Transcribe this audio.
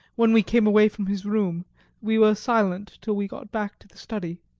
when we came away from his room we were silent till we got back to the study.